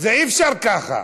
אי-אפשר ככה.